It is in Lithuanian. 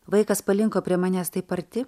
vaikas palinko prie manęs taip arti